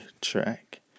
track